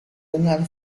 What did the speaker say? dengan